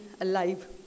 alive